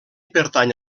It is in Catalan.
pertany